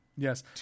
Yes